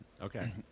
Okay